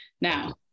Now